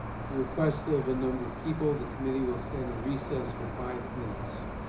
at the request of a number of people the committee will stand in recess for five minutes.